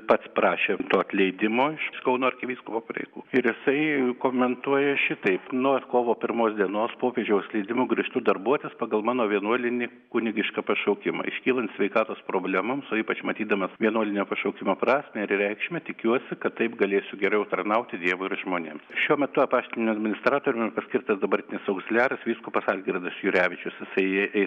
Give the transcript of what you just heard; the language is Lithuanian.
pats prašė to atleidimo iš kauno arkivyskupo pareigų ir jisai komentuoja šitaip nuo kovo pirmos dienos popiežiaus leidimu grįžtu darbuotis pagal mano vienuolinį kunigišką pašaukimą iškylant sveikatos problemoms o ypač matydamas vienuolinio pašaukimo prasmę ir reikšmę tikiuosi kad taip galėsiu geriau tarnauti dievui ir žmonėms šiuo metu apaštiniu administratoriumi paskirtas dabartinis augziliaras vyskupas algirdas jurevičius jisai eis